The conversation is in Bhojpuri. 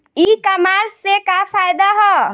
ई कामर्स से का फायदा ह?